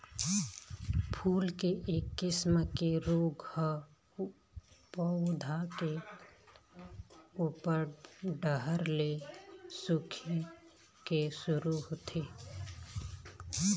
फूल के एक किसम के रोग ह पउधा के उप्पर डहर ले सूखे के शुरू होथे